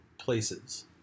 places